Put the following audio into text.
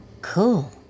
Cool